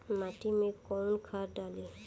माटी में कोउन खाद डाली?